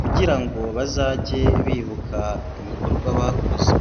kugira ngo bazajye bibuka ibikorwa bakoze.